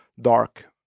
dark